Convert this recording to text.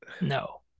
No